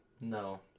no